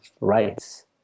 rights